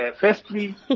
firstly